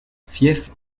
fief